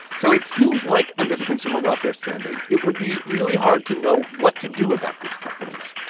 so it seems like under the consumer welfare standard it would be really hard to know what to do about these companies.